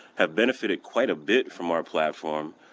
have benefited quite a bit from our platform,